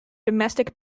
domestic